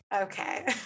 Okay